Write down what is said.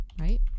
right